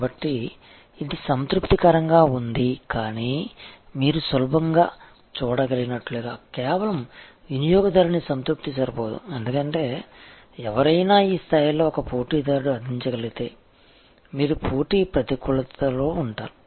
కాబట్టి ఇది సంతృప్తికరంగా ఉంది కానీ మీరు సులభంగా చూడగలిగినట్లుగా కేవలం వినియోగదారుని సంతృప్తి సరిపోదు ఎందుకంటే ఎవరైనా ఈ స్థాయిలో ఒక పోటీదారు అందించగలిగితే మీరు పోటీ ప్రతికూలతలో ఉంటారు